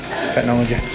Technology